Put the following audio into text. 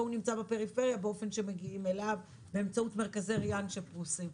הוא נמצא בפריפריה באופן שמגיעים אליו באמצעות מרכזים שפרוסים.